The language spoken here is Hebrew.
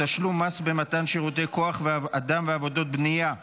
תשלום המס במתן שירותי כוח אדם ועבודות בנייה),